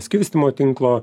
skirstymo tinklo